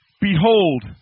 behold